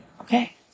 okay